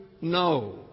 no